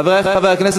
חברי חברי הכנסת,